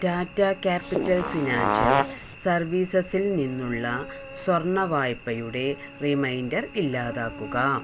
Tata capital financial സർവീസസിൽ നിന്നുള്ള സ്വർണ്ണ വായ്പയുടെ റിമൈൻഡർ ഇല്ലാതാക്കുക